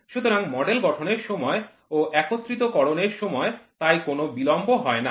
সুতরাং মডেল গঠনের সময় ও একত্রিতকরণ এর সময় তাই কোন বিলম্ব হয় না